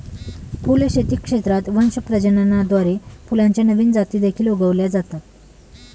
फुलशेती क्षेत्रात वंश प्रजननाद्वारे फुलांच्या नवीन जाती देखील उगवल्या जातात